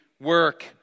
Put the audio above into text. work